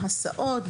הסעות,